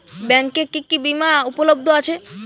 ব্যাংকে কি কি বিমা উপলব্ধ আছে?